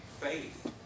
faith